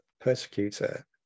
persecutor